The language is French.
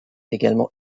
également